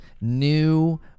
new